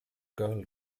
girl